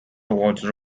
awards